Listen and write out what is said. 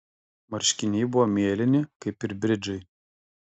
marškiniai buvo mėlyni kaip ir bridžai